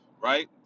Right